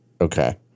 Okay